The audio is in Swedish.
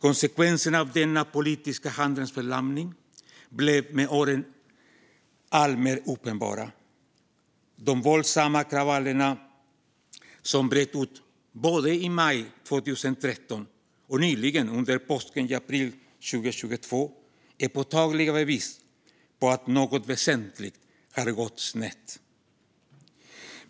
Konsekvenserna av denna politiska handlingsförlamning blev med åren alltmer uppenbara. De våldsamma kravaller som bröt ut både i maj 2013 och nyligen, under påsken i april 2022, är påtagliga bevis på att något väsentligt har gått snett.